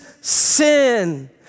sin